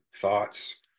thoughts